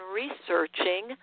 researching